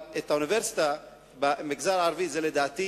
אבל האוניברסיטה במגזר הערבי, זה לדעתי